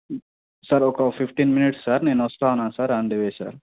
sir ఒక fifteen minutes sir నేనొస్తూ ఉన్నాను sir on the way sir